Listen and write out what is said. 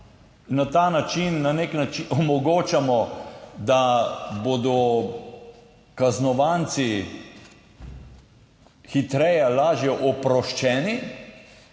na nek način omogočamo, da bodo kaznovanci hitreje, lažje oproščeni,